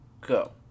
Go